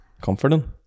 comforting